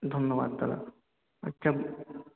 ধন্যবাদ দাদা আচ্ছা